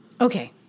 Okay